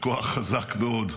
בכוח חזק מאוד,